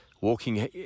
walking